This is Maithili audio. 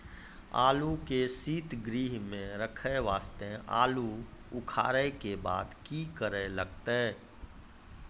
आलू के सीतगृह मे रखे वास्ते आलू उखारे के बाद की करे लगतै?